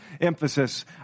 emphasis